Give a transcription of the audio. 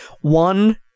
One